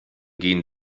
gehen